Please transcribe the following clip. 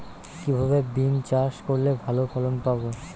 কিভাবে বিম চাষ করলে ভালো ফলন পাব?